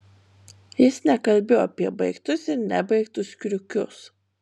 jis nekalbėjo apie baigtus ir nebaigtus kriukius